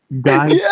guys